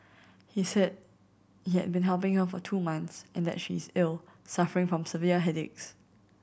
he said he had been helping her for two months and that she is ill suffering from severe headaches